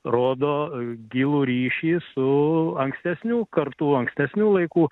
rodo gilų ryšį su ankstesnių kartų ankstesnių laikų